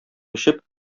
эчеп